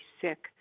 sick